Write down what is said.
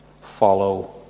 Follow